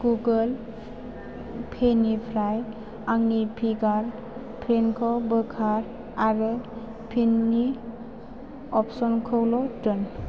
Google पेनिफ्राय आंनि फिंगार प्रिन्टखौ बोखार आरो पिननि अफसनखौल' दोन